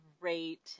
great